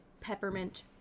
peppermint